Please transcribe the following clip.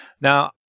Now